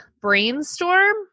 brainstorm